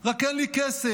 רק אין לי כסף,